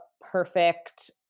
perfect